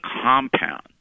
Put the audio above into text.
compound